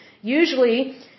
usually